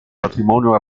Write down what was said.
patrimonio